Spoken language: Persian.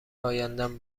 ایندم